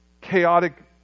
chaotic